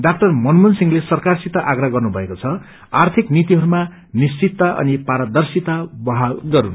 डा मनमोहन सिंहले सरकारसित आग्रह गर्नुभएको द आर्थिक नीतिहरूमा निश्चितता अनि पारदर्शिता वहाल गरून्